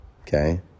Okay